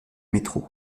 métro